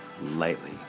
lightly